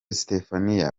stephanie